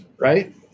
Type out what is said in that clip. right